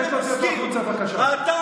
אני מבקש להוציא אותו החוצה, בבקשה.